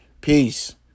Peace